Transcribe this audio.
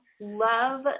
love